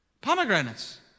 pomegranates